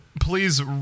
please